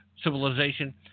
civilization